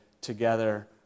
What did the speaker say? together